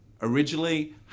Originally